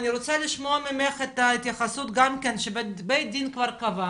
אני רוצה לשמוע ממך את ההתייחסות גם כן שבית דין כבר קבע